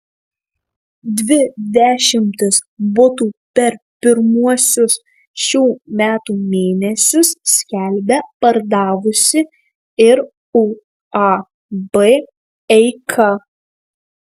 dvi dešimtis butų per pirmuosius šių metų mėnesius skelbia pardavusi ir uab eika